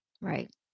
right